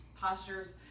postures